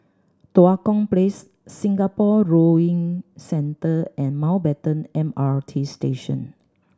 Tua Kong Place Singapore Rowing Centre and Mountbatten M R T Station